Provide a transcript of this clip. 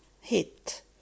hit